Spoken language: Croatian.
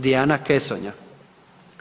Dijana Kesonja.